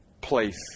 place